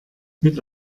mit